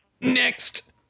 Next